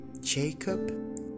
Jacob